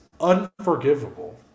unforgivable